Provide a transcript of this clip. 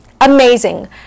Amazing